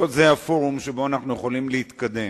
לא זה הפורום שבו אנחנו יכולים להתקדם.